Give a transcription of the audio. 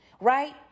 right